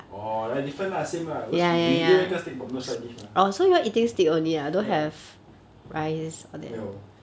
orh like different lah same lah because we 一人一个 stick but no side dish mah ya 没有